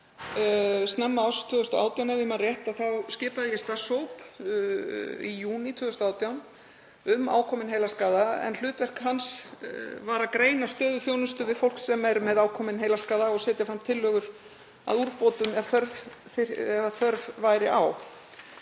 snemma árs 2018, ef ég man rétt, skipaði ég starfshóp í júní 2018 um ákominn heilaskaða. Hlutverk hans var að greina stöðu þjónustu við fólk sem er með ákominn heilaskaða og setja fram tillögur að úrbótum ef þörf væri á.